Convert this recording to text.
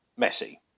Messi